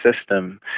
system